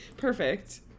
Perfect